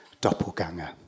doppelganger